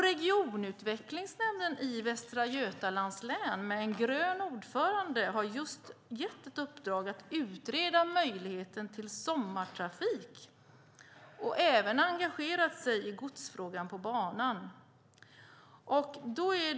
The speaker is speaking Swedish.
Regionutvecklingsnämnden i Västra Götalands län med en grön ordförande har gett i uppdrag att utreda möjligheten till sommartrafik och även engagerat sig för frågan om gods på banan.